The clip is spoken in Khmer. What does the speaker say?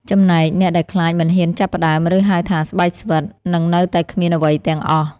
ចំណែកអ្នកដែលខ្លាចមិនហ៊ានចាប់ផ្ដើម ឬ ហៅថាស្បែកស្វិត នឹងនៅតែគ្មានអ្វីទាំងអស់។